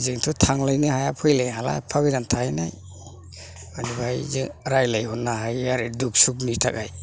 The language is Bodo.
जोंथ' थांलायनो हाया फैलायनो हाला एफा गोजान थाहैनाय मानि बाहाय जों रायलायहरनो हायो आरो दुख सुखनि थाखाय